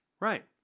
Right